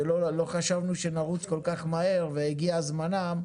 ולא חשבנו שנרוץ כל כך מהר והגיע זמנם,